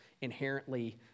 inherently